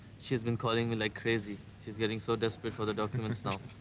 she's been calling me like crazy. she's getting so desperate for the documents now.